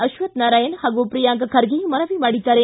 ಅಶ್ವಥನಾರಾಯಣ ಹಾಗೂ ಪ್ರಿಯಾಂಕ್ ಖರ್ಗೆ ಮನವಿ ಮಾಡಿದ್ದಾರೆ